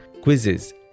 quizzes